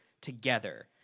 together